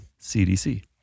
CDC